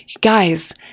Guys